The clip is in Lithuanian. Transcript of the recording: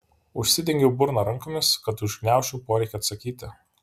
užsidengiau burną rankomis kad užgniaužčiau poreikį atsakyti